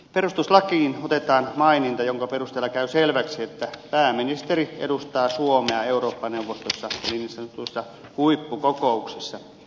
perustuslakiin otetaan maininta jonka perusteella käy selväksi että pääministeri edustaa suomea eurooppa neuvostossa niin sanotuissa huippukokouksissa